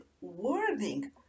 wording